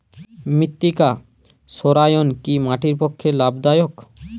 মৃত্তিকা সৌরায়ন কি মাটির পক্ষে লাভদায়ক?